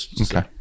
okay